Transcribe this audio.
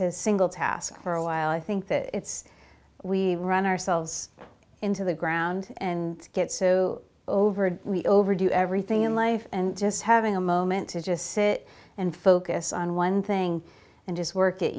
to single task for a while i think that we run ourselves into the ground and get so over and we overdo everything in life and just having a moment to just sit and focus on one thing and just work